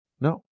No